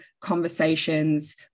conversations